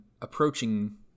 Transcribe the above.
approaching